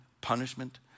punishment